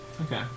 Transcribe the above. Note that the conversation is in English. Okay